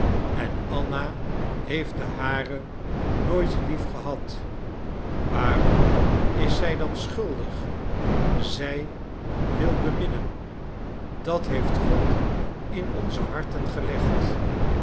en anna heeft den haren nooit liefgehad waarom is zij dan schuldig zij wil beminnen dat heeft god in onze harten gelegd